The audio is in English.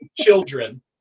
children